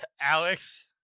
Alex